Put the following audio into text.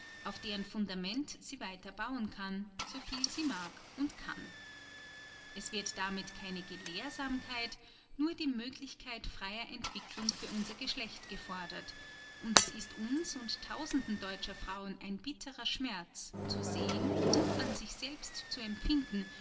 auf deren fundament sie weiter bauen kann so viel sie mag und kann es wird damit keine gelehrsamkeit nur die möglichkeit freier entwicklung für unser geschlecht gefordert und es ist uns und tausenden deutscher frauen ein bitterer schmerz zu sehen und an uns selbst zu empfinden